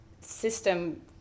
system